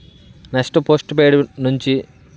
next post paid నుంచి